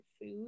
food